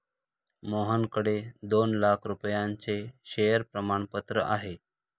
मोहनकडे दोन लाख रुपयांचे शेअर प्रमाणपत्र आहे